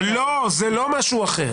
לא, זה לא משהו אחר.